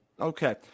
Okay